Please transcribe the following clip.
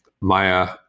Maya